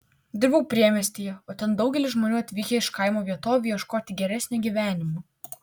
dirbau priemiestyje o ten daugelis žmonių atvykę iš kaimo vietovių ieškoti geresnio gyvenimo